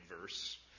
verse